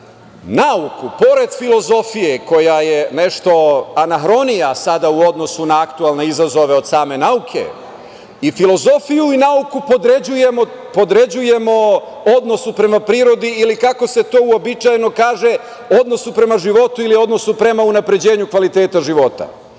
nauku pored filozofije, koja je nešto anahronija u odnosu na akutelne izazove, same nauke, i filozofiju i nauku podređujemo odnosu prema prirodi, ili kako se to uobičajeno kaže odnosu prema životu ili odnosu prema unapređenju kvaliteta života. Ali,